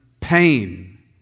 Pain